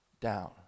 down